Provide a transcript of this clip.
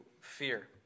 fear